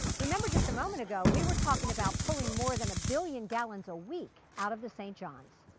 remember just a moment ago, we were talking about pulling more than a billion gallons a week out of the st. johns.